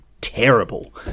terrible